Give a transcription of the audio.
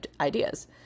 ideas